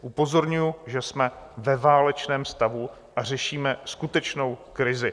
Upozorňuji, že jsme ve válečném stavu a řešíme skutečnou krizi.